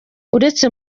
uretse